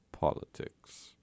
politics